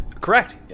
Correct